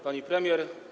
Pani Premier!